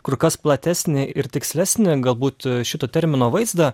kur kas platesnį ir tikslesnį galbūt šito termino vaizdą